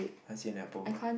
and apple